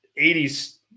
80s